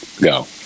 go